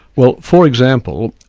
well for example,